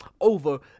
over